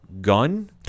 gun